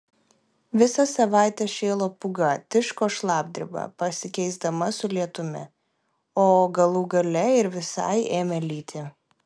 visą savaitę šėlo pūga tiško šlapdriba pasikeisdama su lietumi o galų gale ir visai ėmė lyti